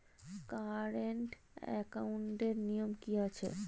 Current একাউন্টের নিয়ম কী আছে?